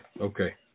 Okay